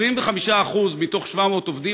25% מתוך 700 עובדים,